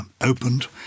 opened